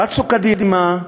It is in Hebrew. רצו קדימה,